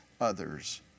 others